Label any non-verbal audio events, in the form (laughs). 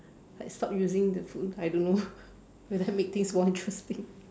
like stop using the phone (laughs) I don't know (laughs) will that make things more interesting (laughs)